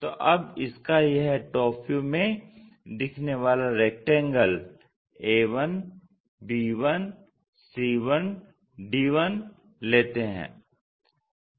तो अब इसका यह TV में दिखने वाला रेक्टेंगल a1b1c1d1 लेते हैं